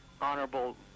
honorable